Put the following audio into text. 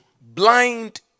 blind